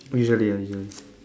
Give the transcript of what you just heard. usually lah usually